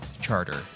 charter